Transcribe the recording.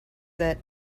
that